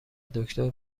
دکتر